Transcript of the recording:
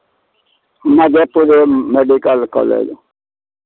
Madhepur medical college